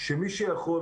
שמי שיכול,